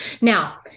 Now